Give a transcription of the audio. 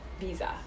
visa